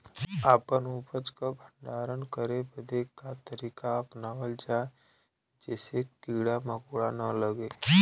अपना उपज क भंडारन करे बदे का तरीका अपनावल जा जेसे कीड़ा मकोड़ा न लगें?